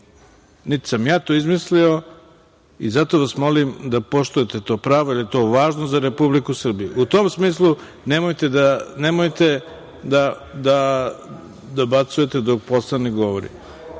Nisam ja to izmislio i zato vas molim da poštujete to pravo, jer je to važno za Republiku Srbiju.U tom smislu, nemojte da dobacujete dok poslanik govori.